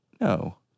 No